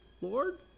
lord